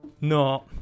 no